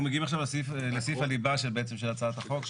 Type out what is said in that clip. אנחנו מגיעים עכשיו לסעיף הליבה בעצם של הצעת החוק.